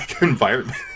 environment